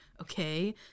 Okay